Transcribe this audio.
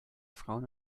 frauen